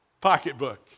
pocketbook